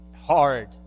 hard